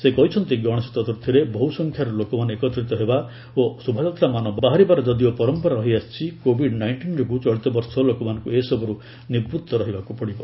ସେ କହିଛନ୍ତିଗଣେଶ ଚତ୍ରର୍ଥରେ ବହୁ ସଂଖ୍ୟାରେ ଲୋକମାନେ ଏକତିତ ହେବା ଓ ଶୋଭାଯାତ଼୍ାମାନ ବାହାରିବାର ଯଦିଓ ପରମ୍ପରା ରହିଆସିଛି କୋବିଡ ନାଇଷ୍ଟିନ୍ ଯୋଗୁଁ ଚଳିତବର୍ଷ ଲୋକମାନଙ୍କୁ ଏ ସବୁରୁ ନିବୂତ୍ତ ରହିବାକୁ ପଡ଼ିବ